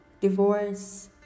Divorce